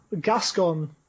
Gascon